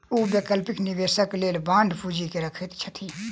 ओ वैकल्पिक निवेशक लेल बांड पूंजी के रखैत छथि